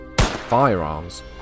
Firearms